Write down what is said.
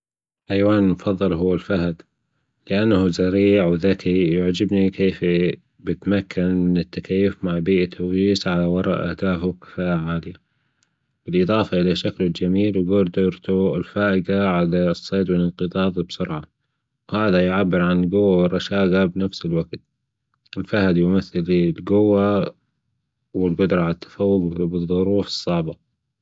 حيوانى المفضل هو الفهد لانه سريع وزكى ويعجبنى في فى بيتمكن من بيئته ويسعا وراء أهدافة بكفائة عالية بالاضافة اللى شكلة الجميل وقدرته الفائقه على الصيد والانقضاض بسرعه هذا يعبر عن الجوة والرشاجه فى نفس الوجت الفهد يمثل لى الجوهوالقدرة على التفوق فى ظروف صعبة